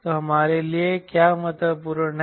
तो हमारे लिए क्या महत्वपूर्ण है